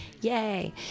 Yay